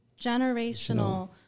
generational